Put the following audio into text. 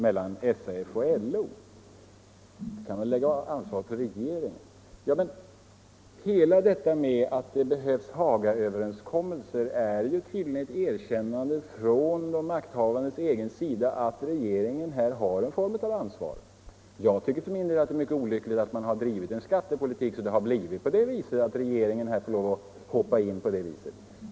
Men, herr Sträng, det förhållandet att det behövs Hagaöverenskommelser är väl ett tydligt erkännande från de makthavandes egen sida att regeringen här har en form av ansvar. Jag tycker för min del att det är mycket olyckligt att man har drivit en sådan skattepolitik att regeringen fått hoppa in på det här viset.